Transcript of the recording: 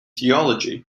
theology